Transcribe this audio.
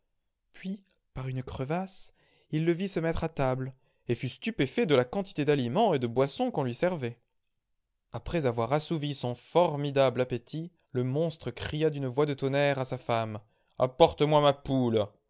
puis par une crevasse il le vit se mettre à table et fut stupéfait de la quantité d'aliments et de boisson qu'on lui servait après avoir assouvi son formidable appétit le monstre cria d'une voix de tonnerre à sa femme apporte-moi ma poule